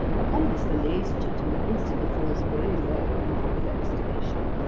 upon this the lazy gentleman instantly falls very low in the popular estimation,